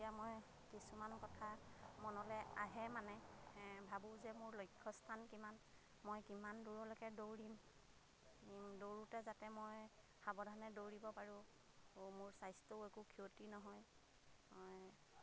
এতিয়া মই কিছুমান কথা মনলৈ আহে মানে ভাবোঁ যে মোৰ লক্ষ্য স্থান কিমান মই কিমান দূৰলৈকে দৌৰিম দৌৰোঁতে যাতে মই সাৱধানে দৌৰিব পাৰোঁ আৰু মোৰ স্বাস্থ্যও একো ক্ষতি নহয় মই